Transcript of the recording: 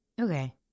Okay